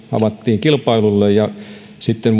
avattiin kilpailulle ja sitten